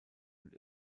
und